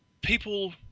people